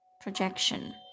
projection